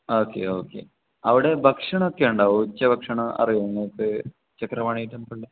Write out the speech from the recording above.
okay okay അവിടെ ഭക്ഷണമൊക്കെ ഉണ്ടാവോ ഉച്ച ഭക്ഷണം അറിയോ നിങ്ങൾക്ക് ചക്രപാണി ടെംബിളിൽ